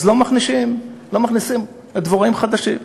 אז לא מכניסים דבוראים חדשים.